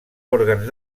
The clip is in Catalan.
òrgans